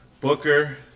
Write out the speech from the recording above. Booker